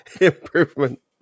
Improvement